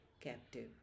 captive